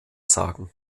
sagen